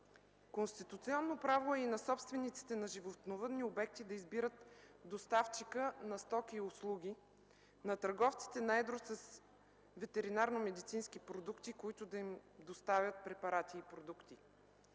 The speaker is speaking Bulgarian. Конституционно право е и на собствениците на животновъдни обекти да избират доставчика на стоки и услуги, на търговците на едро с ветеринарномедицински продукти, които да им доставят препарати и продукти.